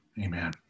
Amen